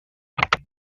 pékin